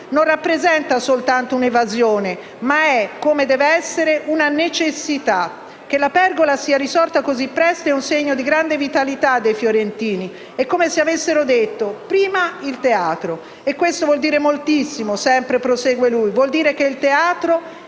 non rappresenta soltanto un'evasione, ma è, come deve essere, una necessità. Che "La Pergola" sia risorta così presto è un segno di grande vitalità dei fiorentini. È come se avessero detto: "prima il teatro". E questo vuol dire moltissimo, vuol dire che il teatro